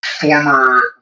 former